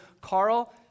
Carl